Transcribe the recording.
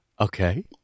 okay